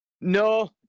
No